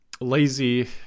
lazy